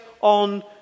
on